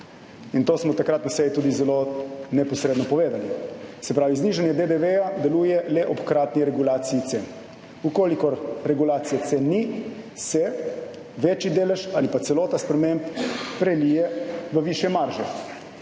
in to smo takrat na seji tudi zelo neposredno povedali. Se pravi, znižanje DDV deluje le ob hkratni regulaciji cen. V kolikor regulacije cen ni, se večji delež ali pa celota sprememb prelije v višje marže.